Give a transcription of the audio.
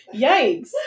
Yikes